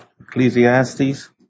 Ecclesiastes